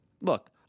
look